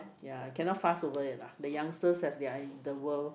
ya cannot fast forward it lah the youngsters have their inner world